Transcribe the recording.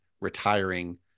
retiring